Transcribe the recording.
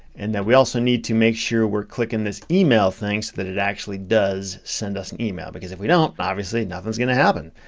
and then we also need to make sure we're clicking this email thing, so that it actually does send us and email because if we don't, obviously nothing's gonna happen.